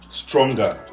stronger